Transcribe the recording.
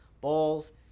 balls